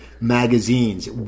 magazines